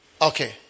Okay